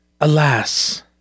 Alas